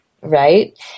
Right